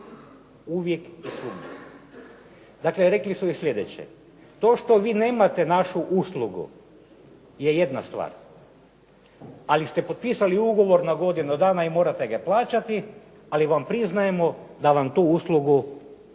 Uvijek i svugdje. Dakle, rekli su joj sljedeće, to što vi nemate našu uslugu je jedna stvar, ali ste potpisali ugovor na godinu dana i morate ga plaćati, ali vam priznajemo da vam tu uslugu nismo